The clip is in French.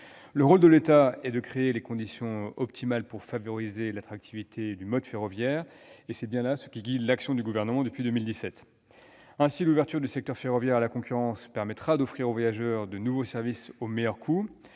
Le rôle de l'État est de créer les conditions optimales pour favoriser l'attractivité du mode ferroviaire. C'est bien ce qui guide l'action du Gouvernement depuis 2017. Ainsi, l'ouverture du secteur ferroviaire à la concurrence permettra d'offrir aux voyageurs de nouveaux services, au meilleur coût.